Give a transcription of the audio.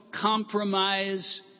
compromise